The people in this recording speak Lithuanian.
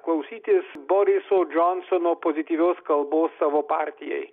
klausytis boriso džonsono pozityvios kalbos savo partijai